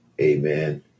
Amen